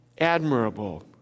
admirable